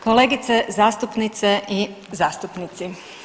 Kolegice zastupnice i zastupnici.